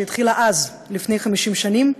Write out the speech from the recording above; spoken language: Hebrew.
שהתחילה אז לפני 50 שנים,